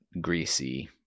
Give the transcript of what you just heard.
greasy